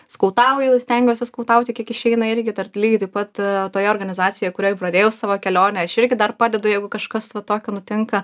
skautauju stengiuosi skautauti kiek išeina irgi dar lygiai taip pat toje organizacijoj kurioj pradėjau savo kelionę aš irgi dar padedu jeigu kažkas tokio nutinka